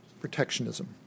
protectionism